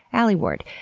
alie ward,